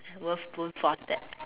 won't won't force that